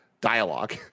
dialogue